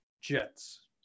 Jets